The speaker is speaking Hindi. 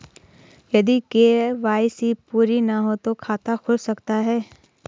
यदि के.वाई.सी पूरी ना हो तो खाता खुल सकता है?